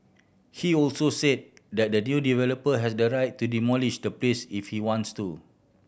he also said that the new developer has the right to demolish the place if he wants to